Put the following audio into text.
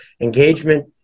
engagement